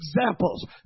examples